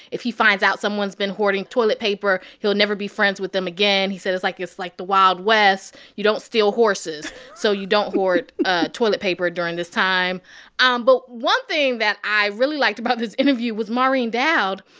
if he finds out someone's been hoarding toilet paper, he'll never be friends with them again. he said it's like like the wild west. you don't steal horses, so you don't hoard ah toilet paper during this time um but one thing that i really liked about this interview was maureen dowd,